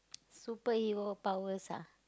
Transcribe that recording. superhero powers ah